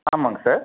ஆமாம்ங்க சார்